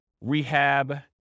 rehab